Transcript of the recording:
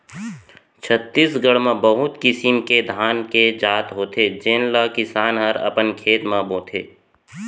छत्तीसगढ़ म बहुत किसिम के धान के जात होथे जेन ल किसान हर अपन खेत म बोथे